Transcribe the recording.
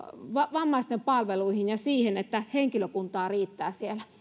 vammaisten palveluihin ja siihen että henkilökuntaa riittää siellä